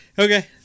Okay